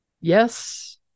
yes